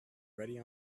ready